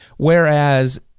Whereas